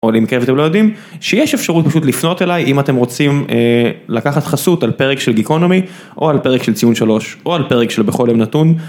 עוד אם כן אתם לא יודעים שיש אפשרות לפנות אליי אם אתם רוצים אה... לקחת חסות על פרק של איקונומי או על פרק של ציון 3 או על פרק של בחולם נתון.